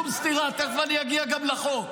שום סתירה, תכף אני אגיע גם לחוק,